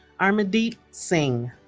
amardeep singh